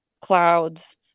clouds